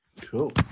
Cool